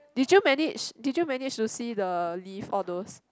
did you manage did you manage to see the lift all those